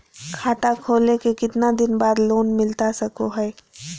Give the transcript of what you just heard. खाता खोले के कितना दिन बाद लोन मिलता सको है?